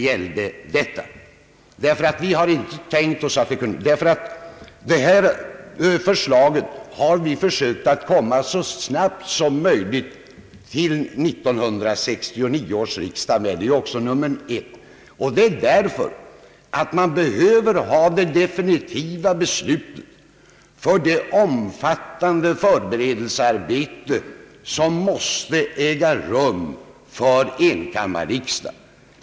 Vi har också så snabbt som möjligt försökt framlägga detta paket till 1969 års riksdag, därför att det behövs ett definitivt beslut för det omfattande förberedelsearbete som måste äga rum inför enkammarriksdagen.